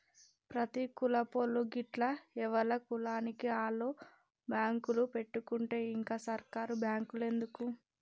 ప్రతి కులపోళ్లూ గిట్ల ఎవల కులానికి ఆళ్ల బాంకులు పెట్టుకుంటే ఇంక సర్కారు బాంకులెందుకు